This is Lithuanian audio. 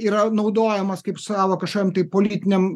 yra naudojamas kaip savo kažkokiam tai politiniam